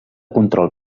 control